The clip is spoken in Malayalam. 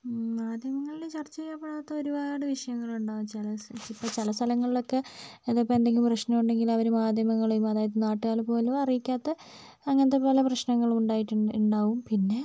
മാധ്യമങ്ങളില് ചര്ച്ച ചെയ്യപ്പെടാത്ത ഒരുപാട് വിഷയങ്ങളുണ്ടാവും ചില ചില സ്ഥലങ്ങളിലൊക്കെ എന്താണ് ഇപ്പോൾ എന്തെങ്കിലും പ്രശ്നം ഉണ്ടെങ്കില് അവർ മാധ്യമങ്ങളെയും അതായത് നാട്ടുകാരെ പോലും അറിയിക്കാത്ത അങ്ങനത്തെ പല പ്രശ്നങ്ങളും ഉണ്ടായിട്ട് ഉണ്ട് ഉണ്ടാവും പിന്നെ